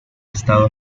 estado